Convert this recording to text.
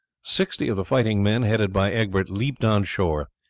sixty of the fighting men headed by egbert leapt on shore.